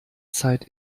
zeit